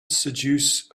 seduce